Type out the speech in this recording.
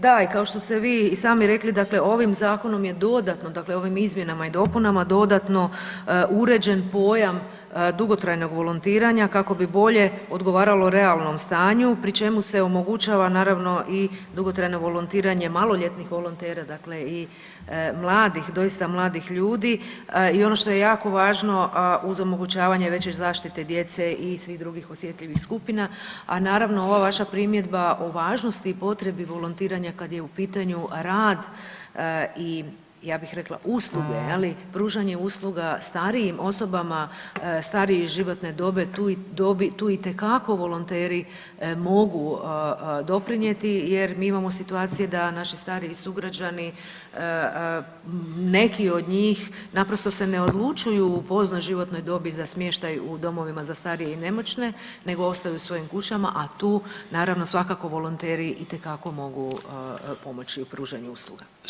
Da, i kao što ste vi i sami rekli, dakle ovim Zakonom je dodatno, dakle ovim Izmjenama i dopunama dodatno uređen pojam dugotrajnog volontiranja kako bi bolje odgovaralo realnom stanju, pri čemu se omogućava, naravno i dugotrajno volontiranje maloljetnih volontera, dakle i mladih, doista mladih ljudi i ono što je jako važno uz onemogućavanje veće zaštite djece i svih drugih osjetljivih skupina, a naravno, ova vaša primjedba o važnosti i potrebi volontiranja kad je u pitanju rad i, ja bih rekla usluge, je li, pružanje usluga starijim osobama, starije životne dobi, tu itekako volonteri mogu doprinijeti jer mi imamo situacije da naši stariji sugrađani, neki od njih naprosto se ne odlučuju u poznoj životnoj dobi za smještaj u domovima za starije i nemoćne, nego ostaju u svojim kućama, a tu naravno, svakako volonteri itekako mogu pomoći u pružanju usluga.